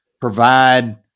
provide